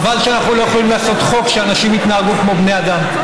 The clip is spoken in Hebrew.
חבל שאנחנו לא יכולים לעשות חוק שאנשים יתנהגו כמו בני אדם.